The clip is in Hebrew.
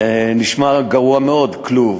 זה נשמע גרוע מאוד, כלוב.